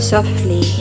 Softly